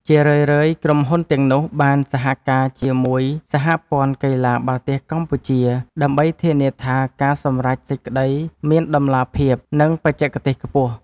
ជារឿយៗ ក្រុមហ៊ុនទាំងនោះបានសហការជាមួយសហព័ន្ធកីឡាបាល់ទះកម្ពុជា ដើម្បីធានាថាការសម្រេចសេចក្ដីមានតម្លាភាព និងបច្ចេកទេសខ្ពស់។